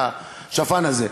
לשפן הזה.